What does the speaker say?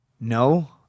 no